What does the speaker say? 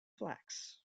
flax